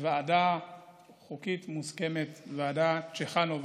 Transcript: ירדנו ל-31 שוטרים, חיסכון לא רע.